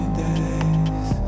days